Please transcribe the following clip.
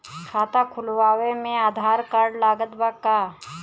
खाता खुलावे म आधार कार्ड लागत बा का?